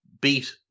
beat